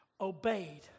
obeyed